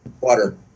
Water